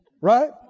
Right